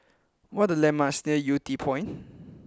what are the landmarks near Yew Tee Point